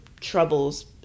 troubles